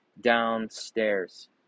downstairs